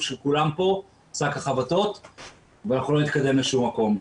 של כולם פה ואנחנו לא נתקדם לשום מקום.